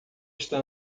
está